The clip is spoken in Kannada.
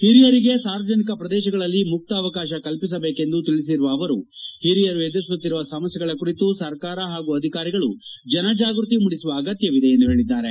ಹಿರಿಯರಿಗೆ ಸಾರ್ವಜನಿಕ ಶ್ರದೇಶಗಳಲ್ಲಿ ಮುಕ್ತ ಅವಕಾಶ ಕಲ್ಪಿಸಬೇಕೆಂದು ತಿಳಿಸಿರುವ ಅವರು ಹಿರಿಯರು ಎದುರಿಸುತ್ತಿರುವ ಸಮಸ್ಥೆಗಳ ಕುರಿತು ಸರ್ಕಾರ ಹಾಗೂ ಅಧಿಕಾರಿಗಳು ಜನ ಜಾಗೃತಿ ಮೂಡಿಸುವ ಅಗತ್ಯವಿದೆ ಎಂದು ಹೇಳಿದ್ದಾರೆ